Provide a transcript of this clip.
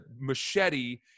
machete